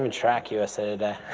um and track usa today.